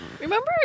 Remember